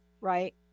right